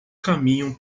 caminham